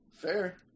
fair